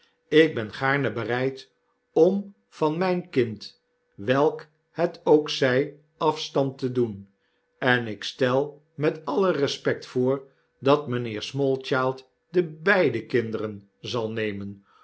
ik ben gaarne bereid om van myn kind welk het ook zy afstand te doen en ik stel met alle respect voor dat mynheer smallchild de b e i d e kinderen zal nemen